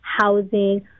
housing